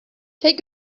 take